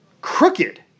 crooked